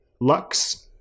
Lux